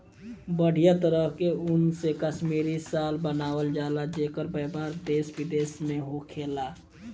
बढ़िया तरह के ऊन से कश्मीरी शाल बनावल जला जेकर व्यापार देश विदेश में होखेला